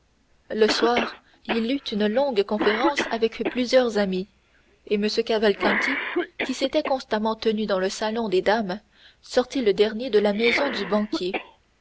le soir il eut une longue conférence avec plusieurs amis et m cavalcanti qui s'était constamment tenu dans le salon des dames sortit le dernier de la maison du banquier